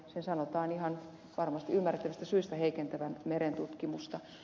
sen sanotaan ihan varmasti ymmärrettävistä syistä heikentävän merentutkimusta